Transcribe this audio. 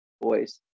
boys